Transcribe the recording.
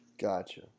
Gotcha